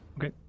Okay